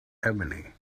ebony